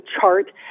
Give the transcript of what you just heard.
chart